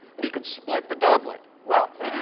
and he could split the doublet. well,